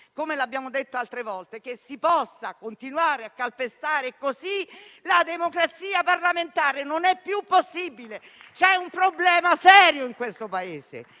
come l'abbiamo detto altre volte - che si continui a calpestare così la democrazia parlamentare. Non è più possibile. C'è un problema molto serio in questo Paese.